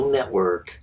Network